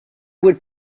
would